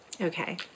Okay